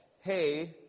hey